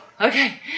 okay